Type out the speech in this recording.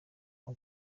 uko